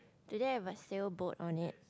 do they have a sail boat on it